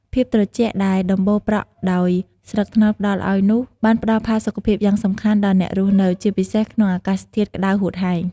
ភាពត្រជាក់ដែលដំបូលប្រក់ដោយស្លឹកត្នោតផ្ដល់ឲ្យនោះ បានផ្ដល់ផាសុកភាពយ៉ាងសំខាន់ដល់អ្នករស់នៅ ជាពិសេសក្នុងអាកាសធាតុក្តៅហួតហែង។